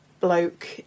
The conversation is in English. bloke